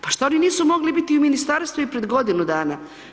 Pa šta oni nisu mogli biti u ministarstvu i pred godinu dana?